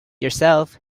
yourself